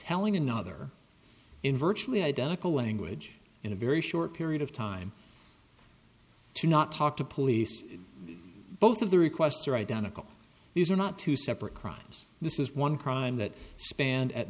telling another in virtually identical language in a very short period of time to not talk to police both of the requests are identical these are not two separate crimes this is one crime that spanned at